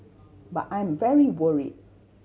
but I am very worried